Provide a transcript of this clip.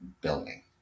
building